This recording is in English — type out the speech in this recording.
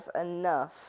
enough